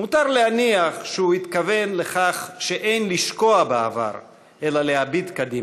מותר להניח שהוא התכוון לכך שאין לשקוע בעבר אלא יש להביט קדימה.